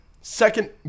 second